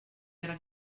era